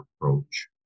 approach